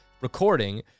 recording